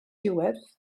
diwedd